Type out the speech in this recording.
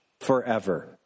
forever